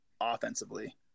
offensively